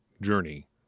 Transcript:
journey